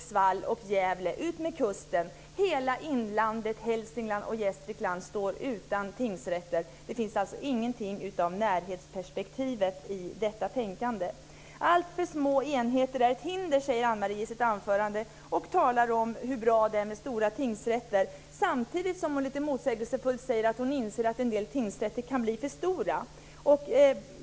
Kvar blir då tingsrätterna i Hälsingland och Gästrikland står utan tingsrätter. Det finns ingenting av närhetsperspektivet i detta tänkande. Alltför små enheter är ett hinder, säger Ann-Marie i sitt anförande och talar om hur bra det är med stora tingsrätter. Samtidigt säger hon lite motsägelsefullt att hon inser att en del tingsrätter kan bli för stora.